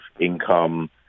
income